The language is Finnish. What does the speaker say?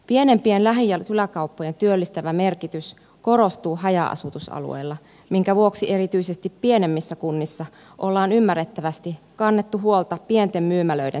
pienempien lähi ja kyläkauppojen työllistävä merkitys korostuu haja asutusalueilla minkä vuoksi erityisesti pienemmissä kunnissa on ymmärrettävästi kannettu huolta pienten myymälöiden säilymisestä